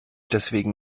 deswegen